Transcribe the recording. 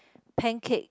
pancake